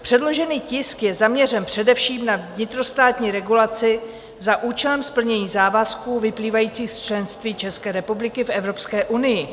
Předložený tisk je zaměřen především na vnitrostátní regulaci za účelem splnění závazků vyplývajících z členství České republiky v Evropské unii.